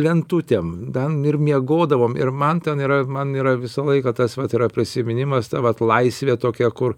lentutėm ten ir miegodavom ir man ten yra man yra visą laiką tas vat yra prisiminimas vat laisvė tokia kur